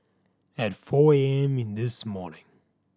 at four A M this morning